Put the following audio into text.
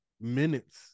minutes